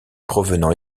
provenant